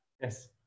yes